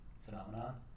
phenomenon